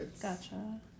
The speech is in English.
Gotcha